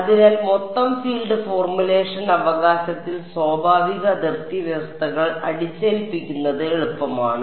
അതിനാൽ മൊത്തം field formulation അവകാശത്തിൽ സ്വാഭാവിക അതിർത്തി വ്യവസ്ഥകൾ അടിച്ചേൽപ്പിക്കുന്നത് എളുപ്പമാണ്